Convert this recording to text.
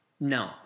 No